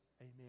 Amen